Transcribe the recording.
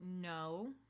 No